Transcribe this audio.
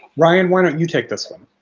ryan, why don't you take this one?